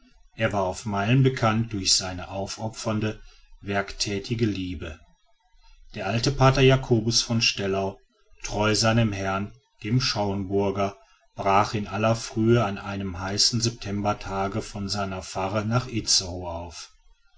er war auf meilen bekannt durch seine aufopfernde werktätige liebe der alte pater jacobus von stellau treu seinem herrn dem schauenburger brach in aller frühe an einem heißen septembertage von seiner pfarre nach itzehoe auf